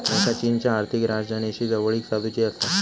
त्येंका चीनच्या आर्थिक राजधानीशी जवळीक साधुची आसा